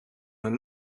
een